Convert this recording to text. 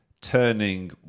turning